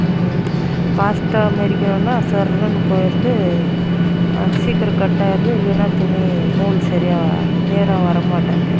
ஃபாஸ்ட்டாக மிதிக்கணுன்னா சர்ருனு போயிடுது சீக்கிரம் கட்டாகிருது இல்லைனா துணி நூல் சரியாக நேராக வர மாட்டேனுது